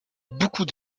beaucoup